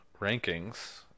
rankings